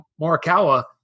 Morikawa